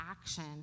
action